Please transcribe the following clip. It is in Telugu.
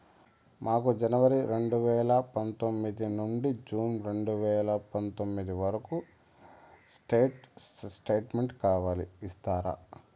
మాకు జనవరి రెండు వేల పందొమ్మిది నుండి జూన్ రెండు వేల పందొమ్మిది వరకు స్టేట్ స్టేట్మెంట్ కావాలి ఇస్తారా